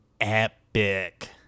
epic